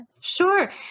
sure